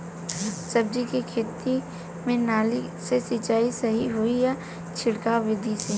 सब्जी के खेती में नाली से सिचाई सही होई या छिड़काव बिधि से?